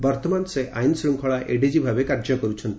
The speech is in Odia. ବର୍ଉମାନ ସେ ଆଇନ ଶୂଙ୍ଙଳା ଏଡିଜି ଭାବେ କାର୍ଯ୍ୟ କରୁଛନ୍ତି